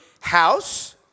house